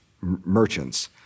merchants